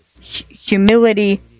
humility